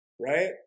right